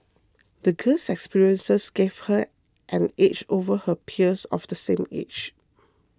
the girl's experiences gave her an edge over her peers of the same age